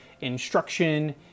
instruction